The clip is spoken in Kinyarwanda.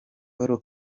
paul